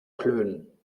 klönen